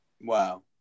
Wow